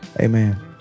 Amen